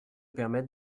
permettre